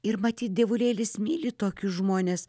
ir matyt dievulėlis myli tokius žmones